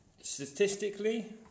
statistically